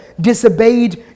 disobeyed